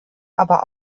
aber